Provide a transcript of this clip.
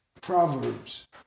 Proverbs